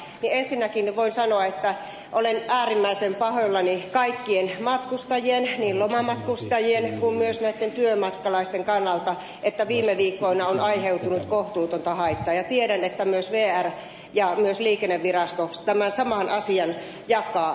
ensinnäkin voin sanoa että olen äärimmäisen pahoillani kaikkien matkustajien niin lomamatkustajien kuin myös työmatkalaisten kannalta että viime viikkoina on aiheutunut kohtuutonta haittaa ja tiedän että myös vr ja myös liikennevirasto tämän saman asian jakaa